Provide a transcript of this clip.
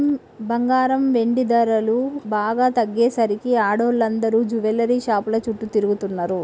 బంగారం, వెండి ధరలు బాగా తగ్గేసరికి ఆడోళ్ళందరూ జువెల్లరీ షాపుల చుట్టూ తిరుగుతున్నరు